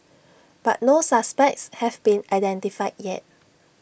but no suspects have been identified yet